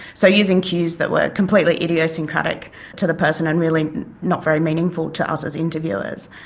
so using cues that were completely idiosyncratic to the person and really not very meaningful to us as interviewers.